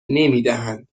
نمیدهند